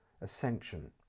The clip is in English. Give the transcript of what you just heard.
Ascension